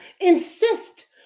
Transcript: insist